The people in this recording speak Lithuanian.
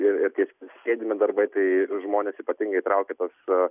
ir kai sėdimi darbai tai žmones ypatingai traukia tos